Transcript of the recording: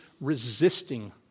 resisting